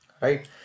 Right